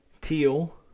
teal